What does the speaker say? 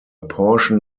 portion